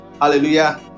Hallelujah